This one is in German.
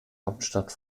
hauptstadt